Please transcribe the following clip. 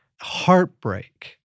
heartbreak